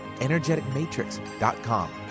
energeticmatrix.com